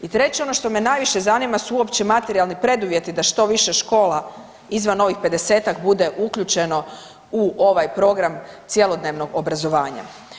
I treće, ono što me najviše zanima su uopće materijalni preduvjeti da što više škola izvan ovih 50-ak bude uključeno u ovaj program cjelodnevnog obrazovanja.